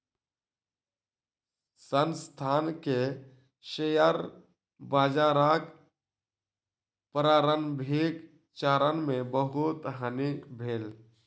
संस्थान के शेयर बाजारक प्रारंभिक चरण मे बहुत हानि भेल